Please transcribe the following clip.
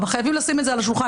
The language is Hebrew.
אבל חייבים לשים את זה על השולחן,